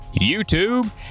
YouTube